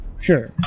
Sure